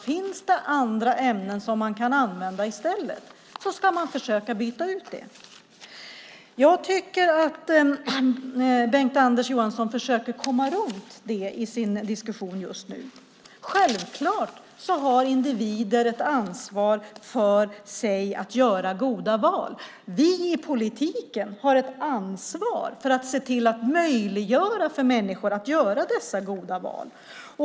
Finns det andra ämnen som man kan använda i stället ska man försöka byta. Bengt-Anders Johansson försöker komma runt det i sitt resonemang. Självklart har individer ett ansvar att göra goda val. Vi i politiken har ett ansvar att se till att möjliggöra för människor att göra dessa goda val.